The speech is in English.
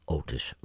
Otis